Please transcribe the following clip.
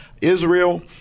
Israel